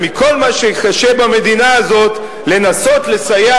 ומכל מה שקשה במדינה הזו לנסות לסייע